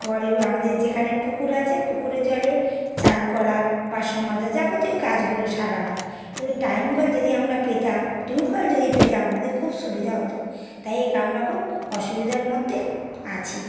call আমাদের যেকানে পুকুর আচে পুকুরের জলে চান করা বাসন মাজা যাবতীয় কাজগুলো সারা হয় কিন্তু টাইম কল যদি আমরা পেতাম টিউবওয়েল যদি পেতাম আমাদের খুব সুবিধা হতো তাই এক আমরা খুব অসুবিধার মধ্যে আছি